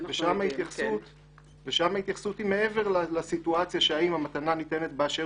ושם ההתייחסות היא מעבר לסיטואציה של האם המתנה ניתנת באשר